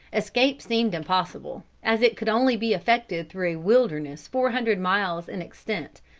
escape seemed impossible, as it could only be effected through a wilderness four hundred miles in extent,